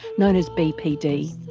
known as bpd.